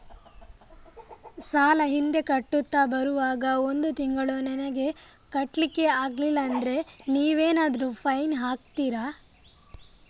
ಸಾಲ ಹಿಂದೆ ಕಟ್ಟುತ್ತಾ ಬರುವಾಗ ಒಂದು ತಿಂಗಳು ನಮಗೆ ಕಟ್ಲಿಕ್ಕೆ ಅಗ್ಲಿಲ್ಲಾದ್ರೆ ನೀವೇನಾದರೂ ಫೈನ್ ಹಾಕ್ತೀರಾ?